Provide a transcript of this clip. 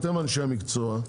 אתם אנשי המקצוע,